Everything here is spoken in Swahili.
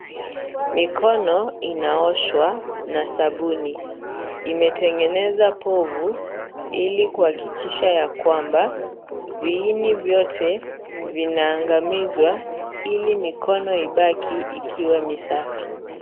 Mikono inaoshwa na sabuni. Imetengeneza povu, ili kuhakikisha ya kwamba viini vyote vinaangamizwa, ili mikono ibaki ikiwa misafi.